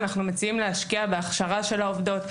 אנחנו מציעים להשקיע את הזמן הזה בהכשרה של העובדות,